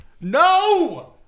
No